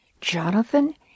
Jonathan